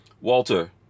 Walter